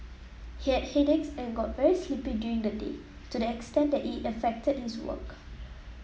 he had headaches and got very sleepy during the day to the extent that it affected his work